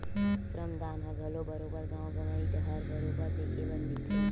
श्रम दान ह घलो बरोबर गाँव गंवई डाहर बरोबर देखे बर मिलथे